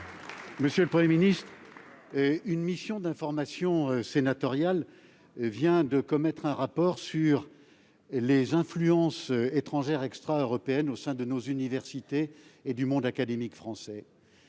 Monsieur le Premier ministre, une mission d'information sénatoriale vient de commettre un rapport sur les influences étrangères extraeuropéennes au sein de nos universités et du monde académique français.